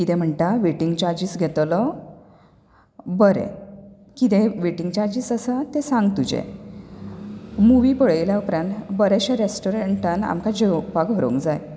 कितें म्हणटा waiting charges घेतलो बरें कितें वेटींग चार्जिस आसा तें सांग तुजें मुवी पळयल्या उपरांत बरेंशें रेस्ट्रान्टान आमकां जेवपाक व्हरोंक जाय